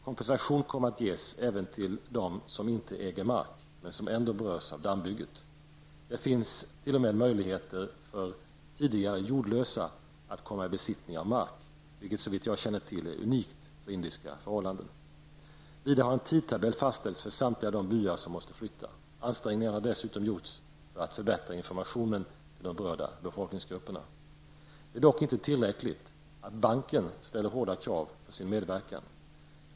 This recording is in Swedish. Kompensation kommer att ges även till dem som inte äger mark men som ändå berörs av dammbygget. Det finns t.o.m. möjligheter för tidigare jordlösa att komma i besittning av mark, vilket såvitt jag känner till är unikt för indiska förhållanden. Vidare har en tidtabell fastställts för samtliga byar som måste flytta. Ansträngningar har dessutom gjorts för att förbättra informationen till de berörda befolkningsgrupperna. Det är dock inte tillräckligt att banken ställer hårda krav för sin medverkan.